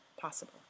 possible